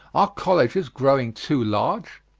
are colleges growing too large?